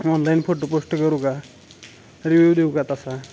online photo post करू का review देऊ का तसा